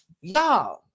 y'all